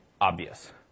obvious